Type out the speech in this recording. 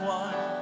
one